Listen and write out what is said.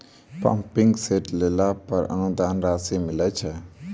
Pumping set लेला पर अनुदान राशि मिलय छैय?